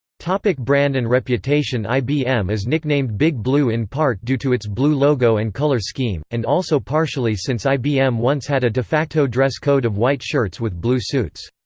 like brand and reputation ibm is nicknamed big blue in part due to its blue logo and color scheme, and also partially since ibm once had a de facto dress code of white shirts with blue suits.